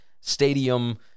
Stadium